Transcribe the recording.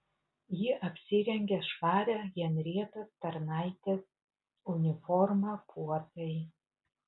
ji apsirengė švarią henrietos tarnaitės uniformą puotai